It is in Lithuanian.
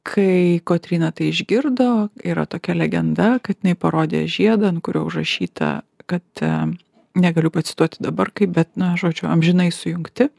kai kotryna tai išgirdo yra tokia legenda kad jinai parodė žiedą ant kurio užrašyta kad negaliu pacituoti dabar kaip bet na žodžiu amžinai sujungti